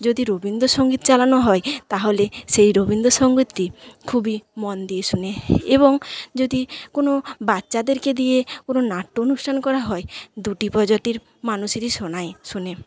যদি রবীন্দ্রসঙ্গীত চালানো হয় তাহলে সেই রবীন্দ্রসঙ্গীতটি খুবই মন দিয়ে শোনে এবং যদি কোনো বাচ্চাদেরকে দিয়ে কোনো নাট্য অনুষ্ঠান করা হয় দুটি প্রজাতির মানুষেরাই শোনে